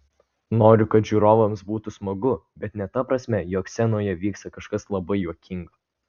noriu kad žiūrovams būtų smagu bet ne ta prasme jog scenoje vyksta kažkas labai juokingo